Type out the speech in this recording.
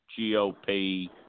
GOP